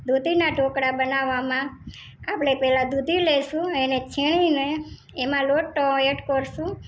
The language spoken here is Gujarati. દૂધીના ઢોકળા બનાવામાં આપણે પહેલા દૂધી લઈશું એને છીણીને એમાં લોટ એડ કરીશું